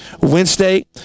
Wednesday